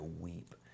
weep